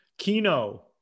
kino